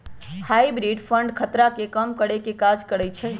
hybrid fund खतरा के कम करेके काज करइ छइ